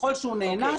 ככל שהוא נענש,